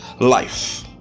life